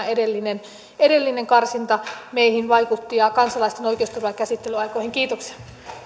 edellinen edellinen karsinta vaikutti meihin ja kansalaisten oikeusturvaan ja käsittelyaikoihin kiitoksia